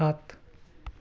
সাত